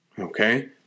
okay